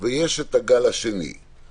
של ביקורת וגל שני של ביקורת.